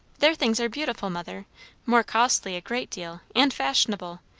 their things are beautiful, mother more costly a great deal and fashionable.